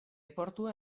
portua